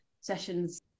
sessions